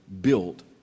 built